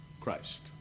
Christ